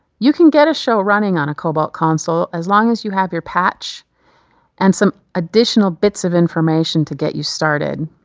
you can get a show running on a cobalt console as long as you have your patch and some additional bits of information to get you started.